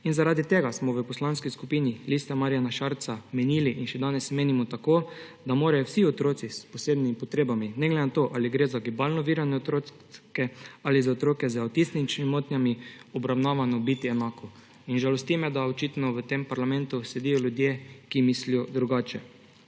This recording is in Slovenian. In zaradi tega smo v Poslanski skupini Liste Marjana Šarca menili in še danes menimo tako, da morajo vsi otroci s posebnimi potrebami, ne glede na to, ali gre za gibalno ovirane otroke ali za otroke z avtističnimi motnjami, biti obravnavani enako. In žalosti me, da očitno v tem parlamentu sedijo ljudje, ki mislijo drugače.